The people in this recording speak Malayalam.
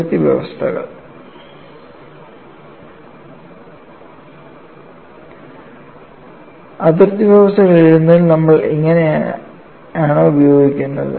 അതിർത്തി വ്യവസ്ഥകൾ അതിർത്തി വ്യവസ്ഥകൾ എഴുതുന്നതിൽ നമ്മൾ ഇങ്ങനെയാണ് ഉപയോഗിക്കുന്നത്